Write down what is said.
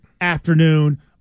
afternoon